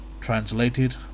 Translated